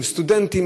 הם סטודנטים,